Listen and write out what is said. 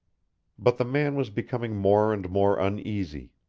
but the man was becoming more and more uneasy,